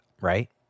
right